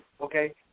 okay